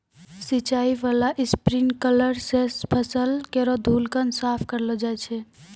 सिंचाई बाला स्प्रिंकलर सें फसल केरो धूलकण साफ करलो जाय छै